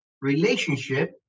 relationship